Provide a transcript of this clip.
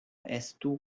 estu